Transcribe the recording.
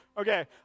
Okay